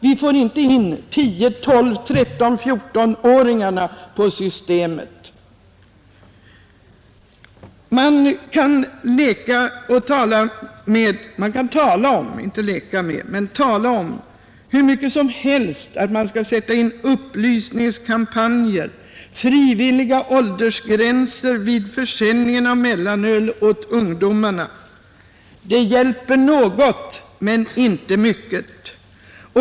Vi får inte in 10—14-åringarna på Systemet. Insättande av upplysningskampanjer, frivilliga åldersgränser vid försäljningen av mellanöl åt ungdomarna hjälper något men inte mycket.